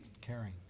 caring